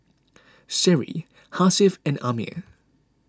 Seri Hasif and Ammir